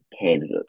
candidate